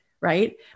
Right